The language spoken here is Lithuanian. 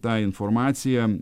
tą informaciją